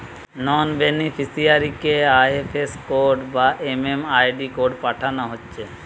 নন বেনিফিসিয়ারিকে IFS code বা MMID code পাঠানা হচ্ছে